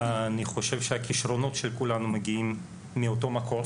אני חושב שהכישרונות של כולנו מגיעים מאותו מקום,